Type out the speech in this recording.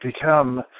become